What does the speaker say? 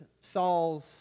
Saul's